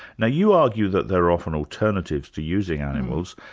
now you argue that there are often alternatives to using animals,